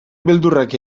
beldurrak